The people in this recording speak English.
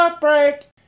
break